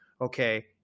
okay